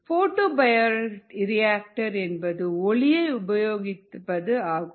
photo bioreactor என்பது ஒளியை உபயோகிப்பது ஆகும்